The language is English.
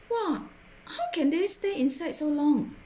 !wah! how can they stay inside so long